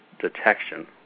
detection